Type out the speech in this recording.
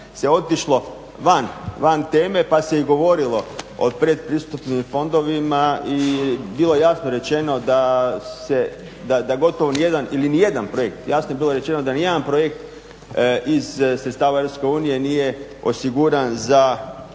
se otišlo van teme pa se i govorilo o predpristupnim fondovima i bilo je jasno rečeno da gotovo nijedan projekt jasno je bilo rečeno da